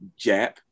Jap